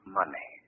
money